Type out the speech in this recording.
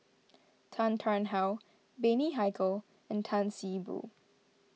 Tan Tarn How Bani Haykal and Tan See Boo